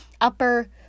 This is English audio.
Upper